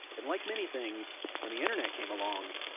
and like many things, when the internet came along,